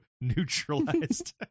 neutralized